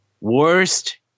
Worst